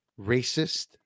racist